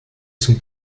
son